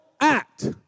act